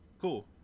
Cool